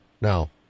now